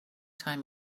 time